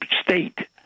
state